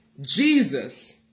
Jesus